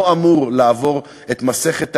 לא אמור לעבור את מסכת העינויים,